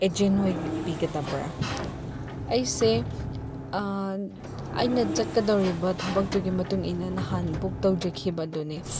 agent ꯑꯣꯏꯕꯤꯒꯗꯕ꯭ꯔꯥ ꯑꯩꯁꯦ ꯑꯩꯅ ꯆꯠꯀꯗꯧꯔꯤꯕ ꯊꯕꯛꯇꯨꯒꯤ ꯃꯇꯨꯡ ꯏꯟꯅ ꯅꯍꯥꯟ ꯕꯨꯛ ꯇꯧꯖꯈꯤꯕ ꯑꯗꯨꯅꯤ